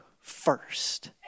first